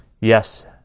Yes